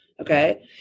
okay